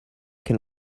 can